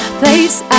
place